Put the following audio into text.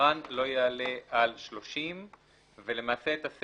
"שמספרן לא יעלה על 30". למעשה,